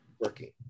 working